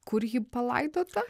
kur ji palaidota